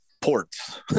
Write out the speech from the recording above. ports